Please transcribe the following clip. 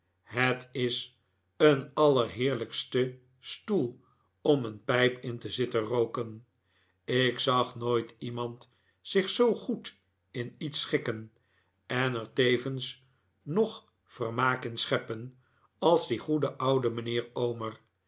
het is een allerheerlijkste stoel om een pijp in te zitten rooken ik zag nooit iemand zich zoo goed in iets schikken en er tevens nog vermaak in scheppen als die goede oude mijnheer omer